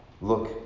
look